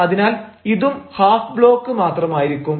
അതിനാൽ ഇതും half block മാത്രമായിരിക്കും